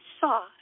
saw